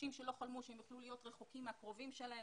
אנשים שלא חלמו שהם יוכלו להיות רחוקים הקרובים שלהם,